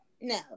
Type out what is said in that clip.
No